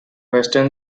western